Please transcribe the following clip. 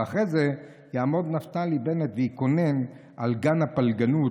ואחרי זה יעמוד נפתלי בנט ויקונן על גן הפלגנות,